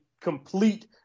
complete